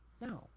No